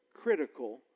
critical